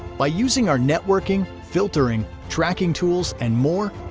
by using our networking, filtering, tracking tools and more,